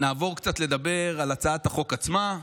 נעבור קצת לדבר על הצעת החוק עצמה.